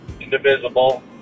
indivisible